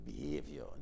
behavior